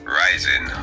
rising